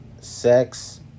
sex